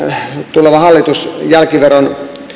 tuleva hallitus jälkiveron